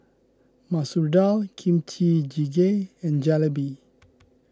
Masoor Dal Kimchi Jjigae and Jalebi